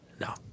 No